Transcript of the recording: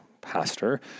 pastor